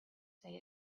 say